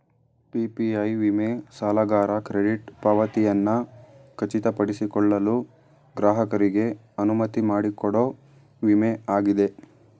PPI ವಿಮೆ ಸಾಲಗಾರ credit ಪಾವತಿಯನ್ನ ಖಚಿತಪಡಿಸಿಕೊಳ್ಳಲು ಗ್ರಾಹಕರಿಗೆ ಅನುವುಮಾಡಿಕೊಡೊ ವಿಮೆ ಆಗಿದೆ